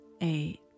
eight